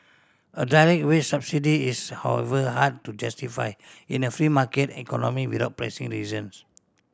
a direct wage subsidy is however hard to justify in a free market economy without pressing reasons